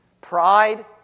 Pride